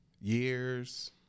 Years